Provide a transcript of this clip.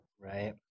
right